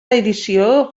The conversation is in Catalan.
edició